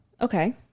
Okay